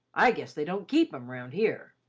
i guess they don't keep em round here.